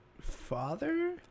father